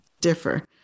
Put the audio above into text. differ